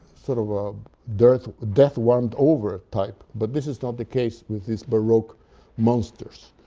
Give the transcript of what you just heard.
sort of a death death warmed over type, but this is not the case with these baroque monsters.